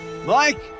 Mike